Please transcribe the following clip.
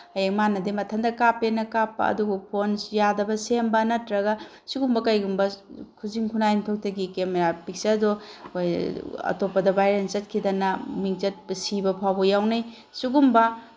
ꯍꯌꯦꯡ ꯃꯥꯅꯗꯤ ꯃꯊꯟꯗ ꯀꯥꯞꯄꯦꯅ ꯀꯥꯞꯄ ꯑꯗꯨꯕꯨ ꯐꯣꯟ ꯌꯥꯗꯕ ꯁꯦꯝꯕ ꯅꯠꯇ꯭ꯔꯒ ꯁꯨꯒꯨꯝꯕ ꯀꯩꯒꯨꯝꯕ ꯈꯨꯖꯤꯟ ꯈꯨꯅꯥꯏꯊꯣꯛꯇꯒꯤ ꯀꯦꯃꯦꯔꯥ ꯄꯤꯛꯆꯔꯗꯣ ꯑꯩꯈꯣꯏ ꯑꯇꯣꯞꯄꯗ ꯚꯥꯏꯔꯦꯜ ꯆꯠꯈꯤꯗꯅ ꯃꯤꯡꯆꯠ ꯁꯤꯕ ꯐꯥꯎꯕ ꯌꯥꯎꯅꯩ ꯁꯨꯒꯨꯝꯕ